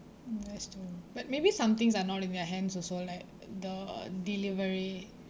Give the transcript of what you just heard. that's true but maybe some things are not in their hands also like the delivery